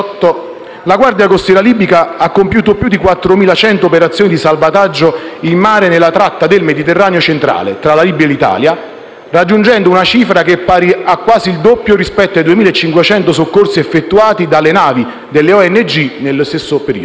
la guardia costiera libica ha compiuto più di 4.100 operazioni di salvataggio in mare nella tratta del Mediterraneo centrale, tra la Libia e l'Italia, raggiungendo una cifra pari a quasi il doppio rispetto ai 2.500 soccorsi effettuati dalle navi delle ONG nello stesso periodo.